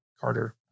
Carter